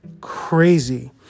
crazy